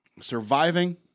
surviving